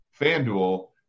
FanDuel